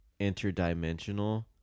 interdimensional